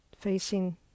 facing